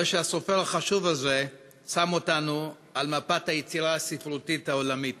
הרי שהסופר החשוב הזה שם אותנו על מפת היצירה הספרותית העולמית.